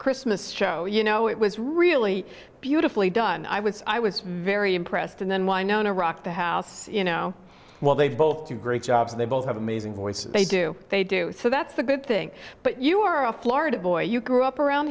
christmas show you know it was really beautifully done i was i was very impressed and then wynonna rocked the house you know well they've both two great jobs they both have amazing voice they do they do so that's a good thing but you are a florida boy you grew up around